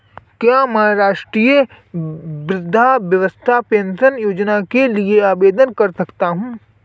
क्या मैं राष्ट्रीय वृद्धावस्था पेंशन योजना के लिए आवेदन कर सकता हूँ?